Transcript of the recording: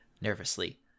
Nervously